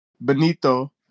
Benito